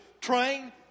train